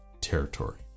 territory